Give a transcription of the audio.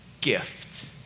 gift